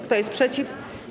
Kto jest przeciw?